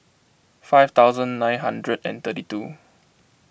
five thousand nine hundred and thirty two